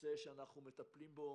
- נושא שאנחנו מטפלים בו